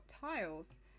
tiles